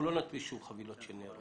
אנחנו לא נדפיס שוב חבילות של ניירות.